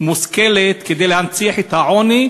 מושכלת להנציח את העוני,